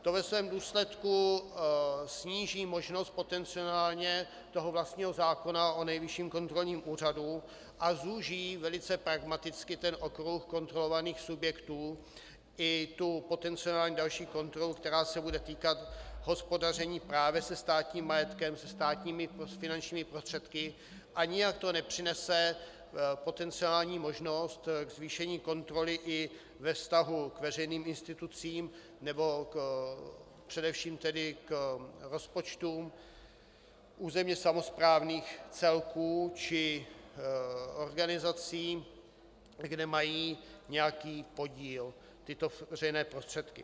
To ve svém důsledku sníží možnost potenciálně toho vlastního zákona o Nejvyšším kontrolním úřadu a zúží velice pragmaticky okruh kontrolovaných subjektů i potenciální další kontrolu, která se bude týkat hospodaření právě se státním majetkem, se státními finančními prostředky, a nijak to nepřinese potenciální možnost k zvýšení kontroly i ve vztahu k veřejným institucím nebo především tedy k rozpočtu územně samosprávných celků či organizací, kde mají nějaký podíl tyto veřejné prostředky.